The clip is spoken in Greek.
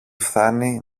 φθάνει